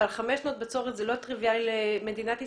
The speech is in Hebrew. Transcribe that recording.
חמש שנו ת בצורת, זה לא טריביאלי למדינת ישראל.